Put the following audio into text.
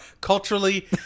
culturally